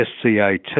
SCAT